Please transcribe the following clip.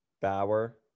Bauer